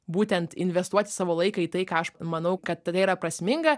būtent investuoti savo laiką į tai ką aš manau kad tada yra prasminga